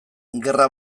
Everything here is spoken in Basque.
gerra